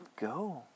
go